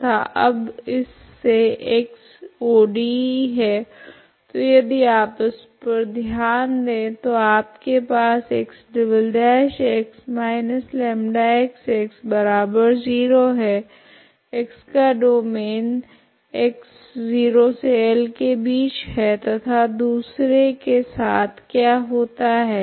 तथा अब इस से x ODE है तो यदि आप इस पर ध्यान दे तो आपके पास X" λX0 है x का डोमैन 0xL है तथा दूसरे के साथ क्या होता है